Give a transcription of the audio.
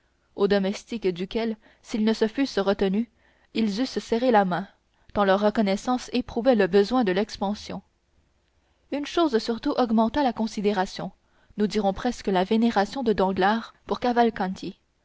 aux domestiques duquel s'ils ne se fussent retenus ils eussent serré la main tant leur reconnaissance éprouvait le besoin de l'expansion une chose surtout augmenta la considération nous dirons presque la vénération de danglars pour cavalcanti